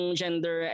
gender